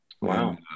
Wow